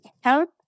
help